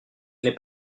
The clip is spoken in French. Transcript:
n’est